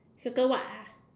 circle what ah